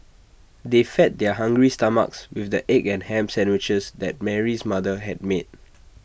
they fed their hungry stomachs with the egg and Ham Sandwiches that Mary's mother had made